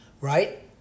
right